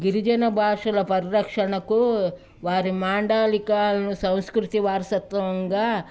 గిరిజన భాషల పరిరక్షణకు వారి మాండలికాలను సంస్కృతి వారసత్వంగా